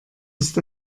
ist